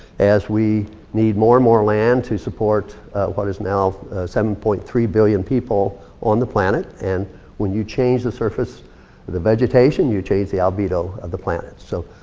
as we need more and more land to support what is now seven point three billion people on the planet. and when you change the surface of the vegetation, you change the albedo of the planet. so,